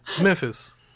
Memphis